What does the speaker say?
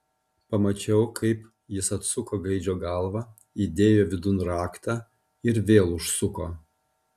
pamačiau kaip jis atsuko gaidžio galvą įdėjo vidun raktą ir vėl užsuko